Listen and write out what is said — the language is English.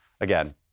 Again